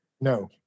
No